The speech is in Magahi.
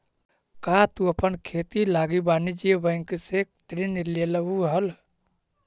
का तु अपन खेती लागी वाणिज्य बैंक से ऋण लेलहुं हल?